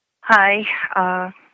Hi